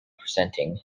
presenting